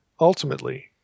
ultimately